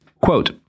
Quote